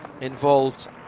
involved